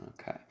okay